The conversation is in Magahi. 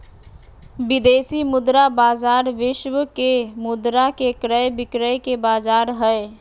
विदेशी मुद्रा बाजार विश्व के मुद्रा के क्रय विक्रय के बाजार हय